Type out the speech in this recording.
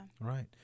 Right